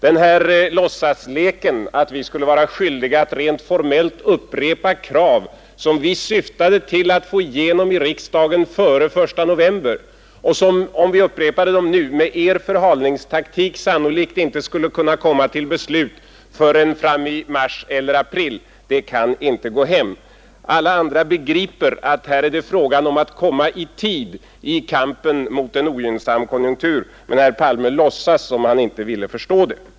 Den här låtsasleken — att vi rent formellt skulle vara skyldiga att upprepa krav som vi syftade till att få igenom i riksdagen före den 1 november och som, om vi upprepade dem nu, med er förhalningstaktik sannolikt inte skulle kunna komma till beslut förrän framme i mars eller april — kan inte gå hem. Alla andra begriper att här är det fråga om att komma i tid i kampen mot en ogynnsam konjunktur, men herr Palme låtsas som om han inte kunde förstå det.